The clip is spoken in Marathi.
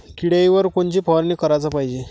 किड्याइवर कोनची फवारनी कराच पायजे?